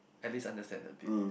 at least understand a bit